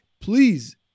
Please